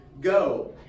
go